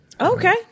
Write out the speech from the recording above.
Okay